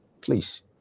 please